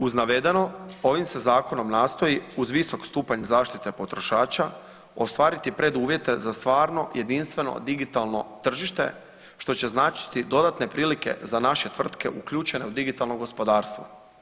Uz navedeno, ovim se zakonom nastoji uz visok stupanj zaštite potrošača ostvariti preduvjete za stvarno jedinstveno digitalno tržište što će značiti dodatne prilike za naše tvrtke uključene u digitalno gospodarstvo.